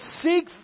seek